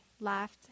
laughed